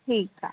ठीकु आहे